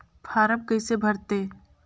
Form कइसे भरते?